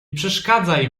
przeszkadzaj